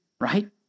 right